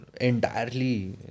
entirely